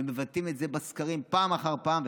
ומבטאים את זה בסקרים פעם אחר פעם.